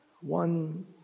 One